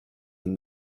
and